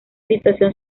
situación